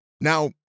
now